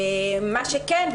מה שכן,